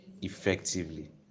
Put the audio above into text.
effectively